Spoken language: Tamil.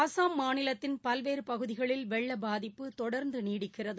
அஸ்ஸாம் மாநிலத்தின் பல்வேறுபகுதிகளில் வெள்ளப்பாதிப்பு தொடா்ந்துநீடிக்கிறது